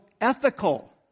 ethical